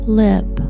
lip